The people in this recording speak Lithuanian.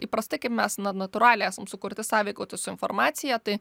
įprastai kaip mes na natūraliai esam sukurti sąveikauti su informacija tai